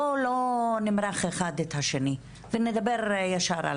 בוא לא נמרח אחד את השני ונדבר ישר.